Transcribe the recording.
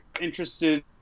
interested